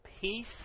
peace